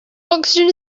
oxygen